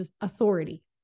authority